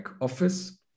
office